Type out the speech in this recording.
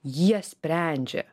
jie sprendžia